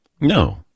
No